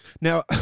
Now